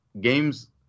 games